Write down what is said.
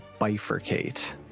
bifurcate